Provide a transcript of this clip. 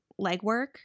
legwork